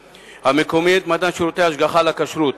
המקומיים את מתן שירותי ההשגחה לכשרות